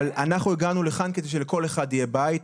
אנחנו הגענו לכאן כדי שלכל אחד יהיה בית.